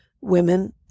women